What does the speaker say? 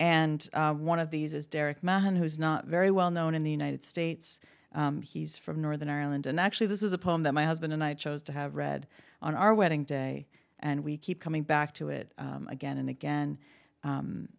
and one of these is derek man who's not very well known in the united states he's from northern ireland and actually this is a poem that my husband and i chose to have read on our wedding day and we keep coming back to it again and again